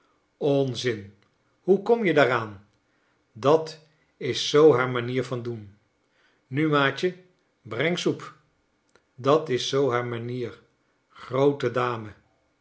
onzin hoe kom je daaraan dat is zoo haar manier van doen nu maatje breng soep dat is zoo haar manier groote dame